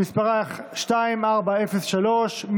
שמספרה פ/2403.